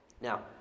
Now